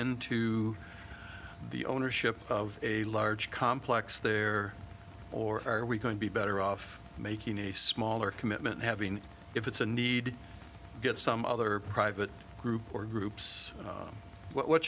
into the ownership of a large complex there or are we going to be better off making a smaller commitment having if it's a need to get some other private group or groups what